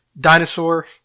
Dinosaur